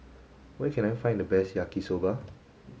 where can I find the best Yaki Soba